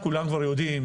כולם כבר יודעים,